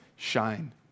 shine